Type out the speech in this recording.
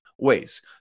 Ways